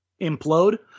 implode